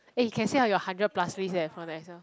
eh can say out your hundred plus list eh from the excel